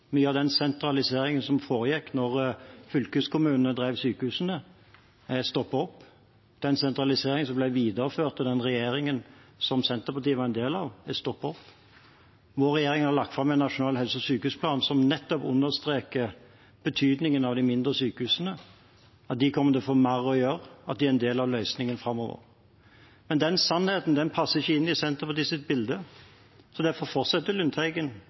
Mye av sentraliseringen som foregikk da fylkeskommunene drev sykehusene, er stoppet opp. Den sentraliseringen som ble videreført av den regjeringen som Senterpartiet var en del av, er stoppet opp. Vår regjering har lagt fram en nasjonal helse- og sykehusplan som nettopp understreker betydningen av de mindre sykehusene, at de kommer til å få mer å gjøre, og at de er en del av løsningen framover. Men den sannheten passer ikke inn i Senterpartiets bilde, så derfor fortsetter Lundteigen